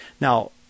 Now